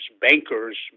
bankers